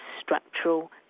structural